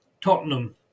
Tottenham